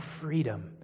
freedom